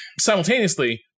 simultaneously